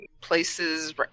places